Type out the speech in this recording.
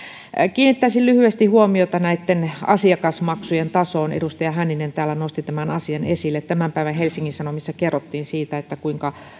kiinnittäisin lyhyesti huomiota näitten asiakasmaksujen tasoon edustaja hänninen täällä nosti tämän asian esille tämän päivän helsingin sanomissa kerrottiin siitä kuinka